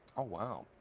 ah wow.